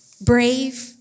brave